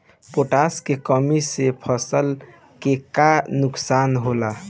Potash के कमी से फसल के का नुकसान होला?